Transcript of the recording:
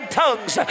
tongues